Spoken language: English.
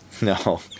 No